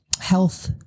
health